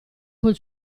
quel